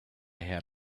had